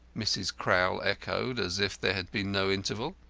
mrs. crowl echoed, as if there had been no interval.